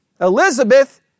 Elizabeth